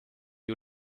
you